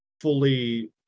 fully